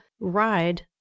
ride